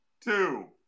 two